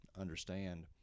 understand